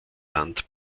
land